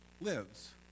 lives